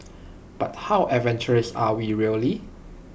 but how adventurous are we really